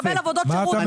מקבל עבודות שירות,